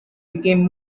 became